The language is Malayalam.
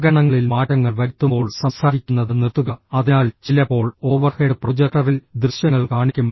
ഉപകരണങ്ങളിൽ മാറ്റങ്ങൾ വരുത്തുമ്പോൾ സംസാരിക്കുന്നത് നിർത്തുക അതിനാൽ ചിലപ്പോൾ ഓവർഹെഡ് പ്രൊജക്ടറിൽ ദൃശ്യങ്ങൾ കാണിക്കും